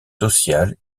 sociales